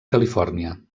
califòrnia